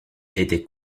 était